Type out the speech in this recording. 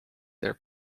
their